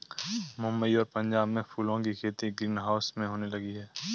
मुंबई और पंजाब में फूलों की खेती ग्रीन हाउस में होने लगी है